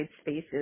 spaces